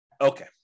Okay